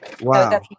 Wow